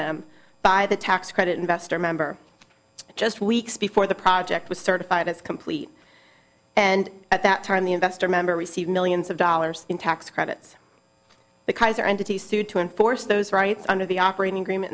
them by the tax credit investor member just weeks before the project was certified as complete and at that time the investor member received millions of dollars in tax credits the kaiser entity sued to enforce those rights under the operating